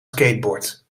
skateboard